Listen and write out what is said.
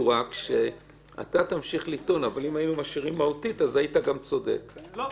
מהתקופה